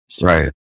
Right